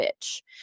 bitch